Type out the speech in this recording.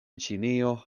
ĉinio